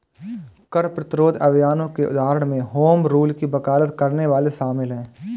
कर प्रतिरोध अभियानों के उदाहरणों में होम रूल की वकालत करने वाले शामिल हैं